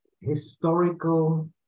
historical